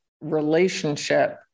relationship